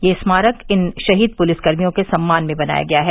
यह स्मारक इन शहीद पुलिसकर्मियों के सम्मान में बनाया गया है